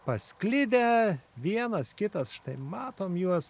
pasklidę vienas kitas štai matom juos